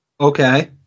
okay